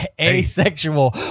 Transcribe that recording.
asexual